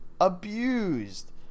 abused